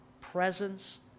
presence